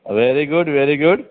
very good very good